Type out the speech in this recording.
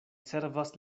servas